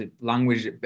language